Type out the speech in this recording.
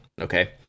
okay